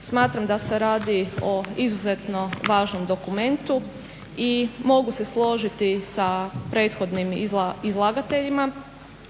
Smatram da se radi o izuzetno važnom dokumentu i mogu se složiti sa prethodnim izlagateljima